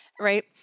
right